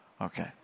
Okay